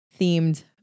themed